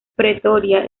pretoria